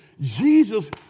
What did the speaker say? Jesus